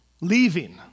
leaving